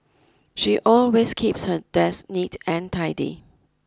she always keeps her desk neat and tidy